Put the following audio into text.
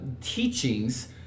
teachings